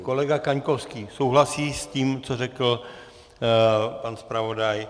Kolega Kaňkovský souhlasí s tím, co řekl pan zpravodaj.